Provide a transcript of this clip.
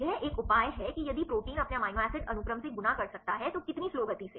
यह एक उपाय है कि यदि प्रोटीन अपने अमीनो एसिड अनुक्रम से गुना कर सकता है तो कितनी स्लो गति से